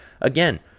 Again